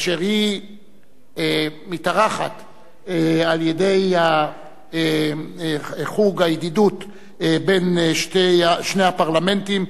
אשר היא מתארחת על-ידי חוג הידידות בין שני הפרלמנטים,